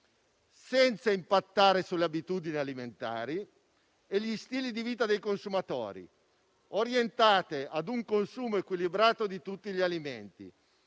senza impattare sulle abitudini alimentari e gli stili di vita dei consumatori, ed orientate ad un consumo equilibrato di tutti gli alimenti,